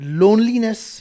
loneliness